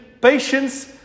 patience